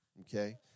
okay